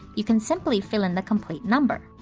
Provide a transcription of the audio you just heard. you can simply fill in the complete number.